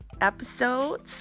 episodes